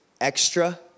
extra